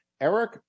eric